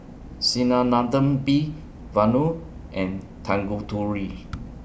Sinnathamby Vanu and Tanguturi